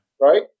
right